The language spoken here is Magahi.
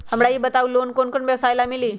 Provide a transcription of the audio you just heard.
हमरा ई बताऊ लोन कौन कौन व्यवसाय ला मिली?